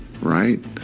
right